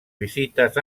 visites